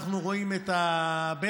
אנחנו רואים את הבכי.